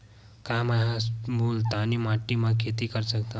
का मै ह मुल्तानी माटी म खेती कर सकथव?